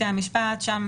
המשך ההצגה.